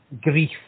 grief